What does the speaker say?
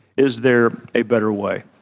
is there a better way?